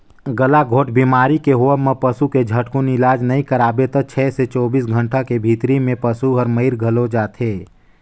गलाघोंट बेमारी के होवब म पसू के झटकुन इलाज नई कराबे त छै से चौबीस घंटा के भीतरी में पसु हर मइर घलो जाथे